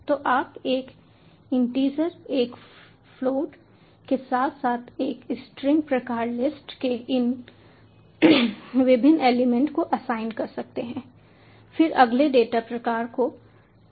तो आप एक इंटीजर एक फ्लोट के साथ साथ एक स्ट्रिंग प्रकार लिस्ट के इन विभिन्न एलिमेंट को असाइन कर सकते हैं फिर अगले डेटा प्रकार को टप्पल कहा जाता है